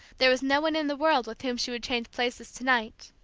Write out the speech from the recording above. there was no one in the world with whom she would change places to-night!